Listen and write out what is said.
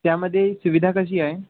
त्यामध्ये सुविधा कशी आहे